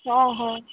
हँ हँ